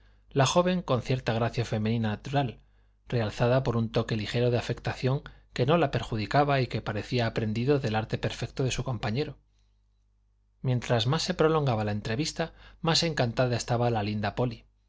la joven con cierta gracia femenina natural realzada por un toque ligero de afectación que no la perjudicaba y que parecía aprendido del arte perfecto de su compañero mientras más se prolongaba la entrevista más encantada estaba la linda polly